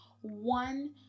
one